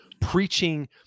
preaching